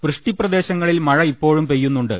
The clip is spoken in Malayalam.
വൃഷ്ടി പ്രദേശങ്ങളിൽ മഴ ഇപ്പോഴും പെയ്യുന്നുണ്ട്